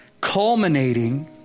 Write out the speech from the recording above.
culminating